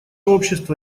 общество